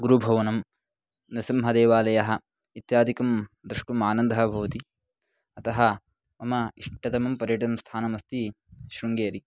गुरुभवनं नृसिंहदेवालयः इत्यादिकं द्रष्टु्म् आनन्दः भवति अतः मम इष्टतमं पर्यटनस्थानमस्ति शृङ्गेरि